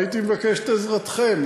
והייתי מבקש את עזרתכם,